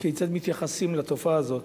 כיצד מתייחסים לתופעה הזאת.